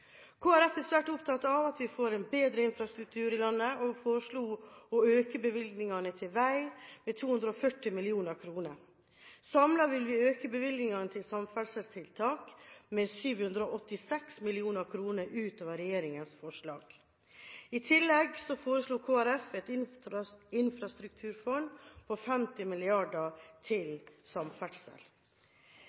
Folkeparti er svært opptatt av at vi får en bedre infrastruktur i landet, og foreslo å øke bevilgningene til vei med 240 mill. kr. Samlet vil vi øke bevilgningene til samferdselstiltak med 786 mill. kr ut over regjeringens forslag. I tillegg foreslo Kristelig Folkeparti et infrastrukturfond på 50 mrd. kr til samferdsel.